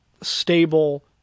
stable